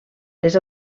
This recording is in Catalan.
les